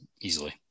easily